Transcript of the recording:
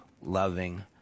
loving